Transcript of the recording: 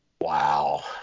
Wow